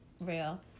real